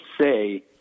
say